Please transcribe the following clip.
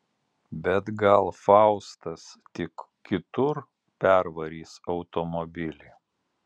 bet gal faustas tik kitur pervarys automobilį